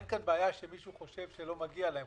אין מי שחושב שלא מגיע להם,